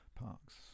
parks